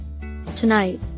Tonight